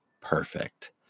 perfect